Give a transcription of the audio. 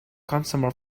consumer